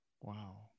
Wow